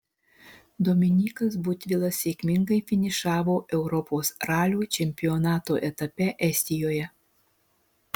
dominykas butvilas sėkmingai finišavo europos ralio čempionato etape estijoje